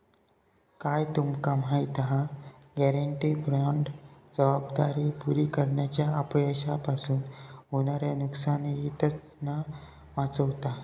काय तुमका माहिती हा? गॅरेंटी बाँड जबाबदारी पुरी करण्याच्या अपयशापासून होणाऱ्या नुकसानीतना वाचवता